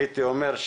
הייתי אומר,